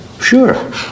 Sure